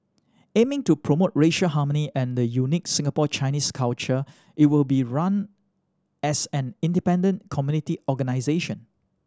aiming to promote racial harmony and the unique Singapore Chinese culture it will be run as an independent community organisation